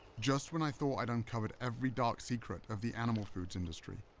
just when i thought i'd uncovered every dark secret of the animal foods industry,